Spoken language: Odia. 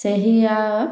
ସେହି ଆ